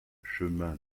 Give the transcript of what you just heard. chemin